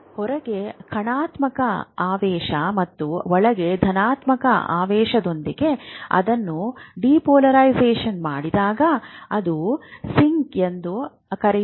ಹೊರಗೆ negative ಣಾತ್ಮಕ ಆವೇಶ ಮತ್ತು ಒಳಗೆ ಧನಾತ್ಮಕ ಆವೇಶದೊಂದಿಗೆ ಅದನ್ನು ಡಿಪೋಲರೈಸ್ ಮಾಡಿದಾಗ ಅದು ಸಿಂಕ್ ಎಂದು ಕರೆಯುತ್ತದೆ